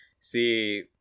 see